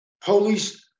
police